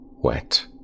wet